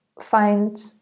find